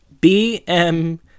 B-M